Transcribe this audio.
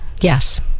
Yes